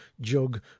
jug